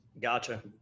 Gotcha